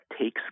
takes